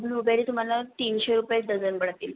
blueberry तुम्हाला तीनशे रुपये डजन पडतील